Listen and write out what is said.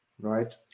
right